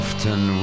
Often